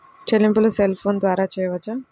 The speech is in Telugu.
చెల్లింపులు సెల్ ఫోన్ ద్వారా చేయవచ్చా?